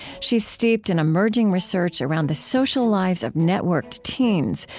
she's steeped in emerging research around the social lives of networked teens,